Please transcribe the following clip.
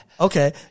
Okay